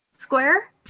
Square